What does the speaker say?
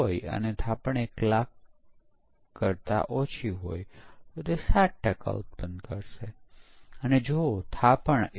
જો આપણે ફોલ્ટના પ્રકારોનું ઉચ્ચ સ્તરનું વર્ગીકરણ જોઇયે તો આપણે કહીશું કે ત્યાં સ્ટ્રક્ચરલ ફોલ્ટ્સ છે